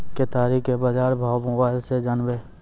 केताड़ी के बाजार भाव मोबाइल से जानवे?